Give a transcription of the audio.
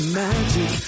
magic